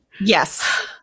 Yes